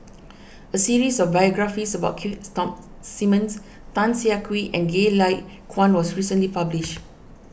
a series of biographies about Keith Simmons Tan Siah Kwee and Goh Lay Kuan was recently published